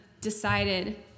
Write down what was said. decided